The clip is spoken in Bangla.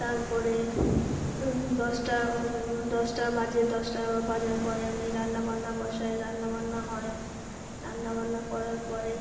তারপরে দশটা দশটা বাজে দশটা বাজার পরে আমি রান্না বান্না বসাই রান্না বান্না হয় রান্না বান্না করার পরে